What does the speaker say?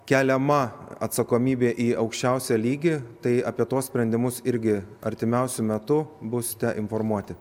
keliama atsakomybė į aukščiausią lygį tai apie tuos sprendimus irgi artimiausiu metu būsite informuoti